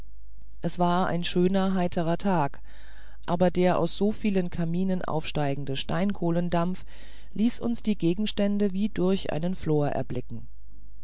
es war ein schöner heiterer tag aber der aus so vielen kaminen aufsteigende steinkohlendampf ließ uns die gegenstände wie durch einen flor erblicken